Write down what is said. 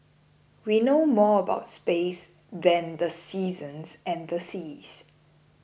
we know more about space than the seasons and the seas